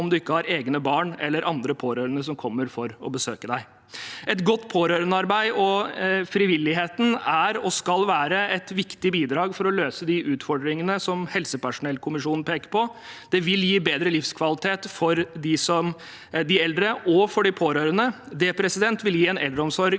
om man ikke har egne barn eller andre pårørende som kommer for å besøke en. Et godt pårørendearbeid og frivilligheten er og skal være et viktig bidrag for å løse de utfordringene som helsepersonellkommisjonen peker på. Det vil gi bedre livskvalitet for de eldre og for de pårørende. Det vil gi en eldreomsorg